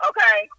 Okay